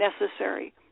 necessary